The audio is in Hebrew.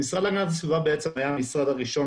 המשרד להגנת הסביבה היה המשרד הראשון